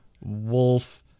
Wolf